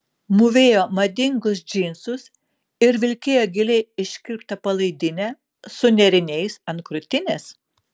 mūvėjo madingus džinsus ir vilkėjo giliai iškirptą palaidinę su nėriniais ant krūtinės